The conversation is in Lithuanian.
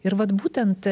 ir vat būtent